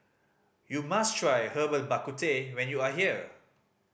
you must try Herbal Bak Ku Teh when you are here